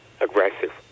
Aggressive